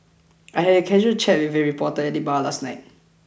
I had a casual chat with a reporter at the bar last night